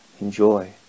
enjoy